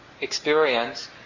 experience